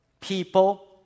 people